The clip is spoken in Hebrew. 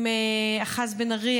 עם אחז בן ארי,